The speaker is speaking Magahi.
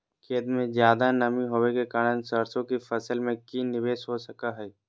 खेत में ज्यादा नमी होबे के कारण सरसों की फसल में की निवेस हो सको हय?